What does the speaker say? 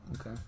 Okay